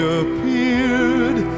appeared